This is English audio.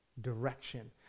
direction